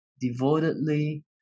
devotedly